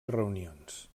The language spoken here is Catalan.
reunions